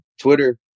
Twitter